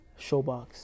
Showbox